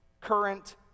current